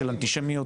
של אנטישמיות,